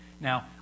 Now